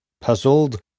Puzzled